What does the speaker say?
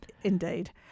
indeed